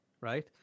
right